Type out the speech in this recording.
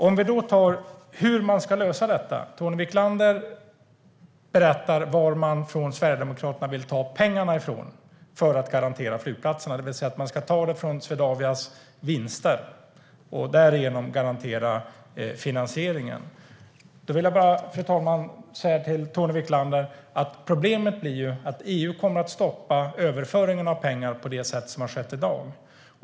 När det gäller hur man ska lösa detta berättar Tony Wiklander varifrån Sverigedemokraterna vill ta pengarna för att garantera flygplatserna. Pengarna ska tas från Swedavias vinster, och därigenom ska finansieringen garanteras. Fru talman! Då vill jag säga till Tony Wiklander att problemet kommer att bli att EU kommer att stoppa överföringen av pengar på det sätt som har skett i dag.